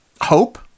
hope